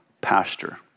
pasture